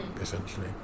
essentially